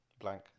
blank